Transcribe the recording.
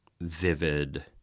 vivid